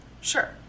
sure